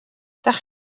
ydych